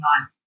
on